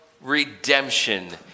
redemption